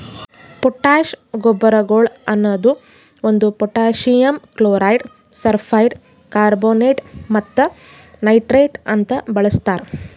potash ಗೊಬ್ಬರಗೊಳ್ ಅನದು ಒಂದು ಪೊಟ್ಯಾಸಿಯಮ್ ಕ್ಲೋರೈಡ್, ಸಲ್ಫೇಟ್, ಕಾರ್ಬೋನೇಟ್ ಮತ್ತ ನೈಟ್ರೇಟ್ ಅಂತ ಬಳಸ್ತಾರ್